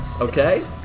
Okay